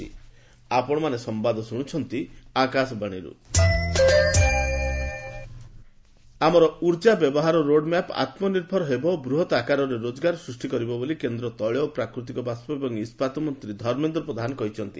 ଧର୍ମେନ୍ଦ୍ର ପ୍ରଧାନ ଆମର ଉର୍ଜା ବ୍ୟବହାର ରୋଡ୍ମ୍ୟାପ୍ ଆତ୍ମନିର୍ଭର ହେବ ଓ ବୃହତ୍ ଆକାରରେ ରୋଜଗାର ସୃଷ୍ଟି କରିବ ବୋଲି କେନ୍ଦ୍ର ତୈଳ ଓ ପ୍ରାକୃତିକ ବାଷ୍ପ ଏବଂ ଇସ୍କାତ୍ ମନ୍ତ୍ରୀ ଧର୍ମେନ୍ଦ୍ର ପ୍ରଧାନ କହିଛନ୍ତି